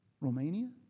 Romania